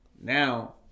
Now